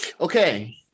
okay